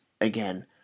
again